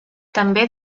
també